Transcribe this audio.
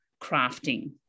crafting